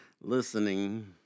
listening